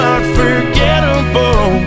unforgettable